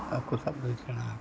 ᱦᱟᱹᱠᱩ ᱥᱟᱵᱫᱚᱧ ᱥᱮᱬᱟ ᱟᱠᱟᱫᱟ